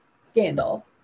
scandal